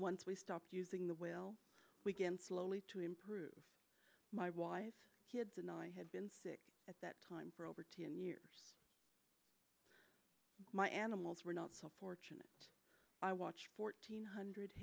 once we stopped using the well we can slowly to improve my wife kids and i had been sick at that time for over ten years my animals were not so fortunate i watched fourteen hundred